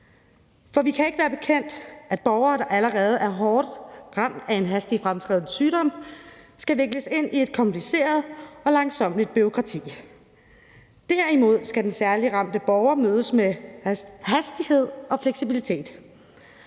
for vi kan ikke være bekendt, at borgere, der allerede er hårdt ramt af en hastigt fremadskridende sygdom, skal vikles ind i et kompliceret og langsommeligt bureaukrati. Derimod skal den særligt ramte borger mødes med hastighed og fleksibilitet.